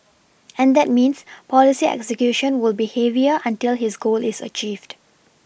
and that means policy execution will be heavier until his goal is achieved